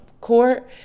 court